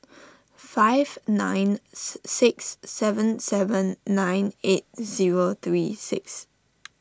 five nine six seven seven nine eight zero three six